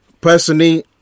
Personally